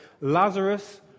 Lazarus